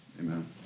Amen